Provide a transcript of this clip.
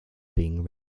being